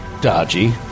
Dodgy